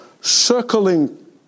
circling